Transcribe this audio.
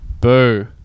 Boo